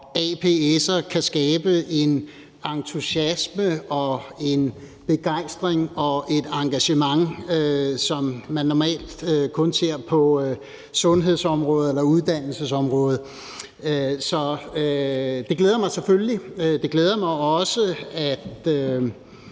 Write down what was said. ApS'er kan skabe en entusiasme, en begejstring og et engagement, som man normalt kun ser på sundhedsområdet eller uddannelsesområdet. Så det glæder mig selvfølgelig. Det glæder mig også, at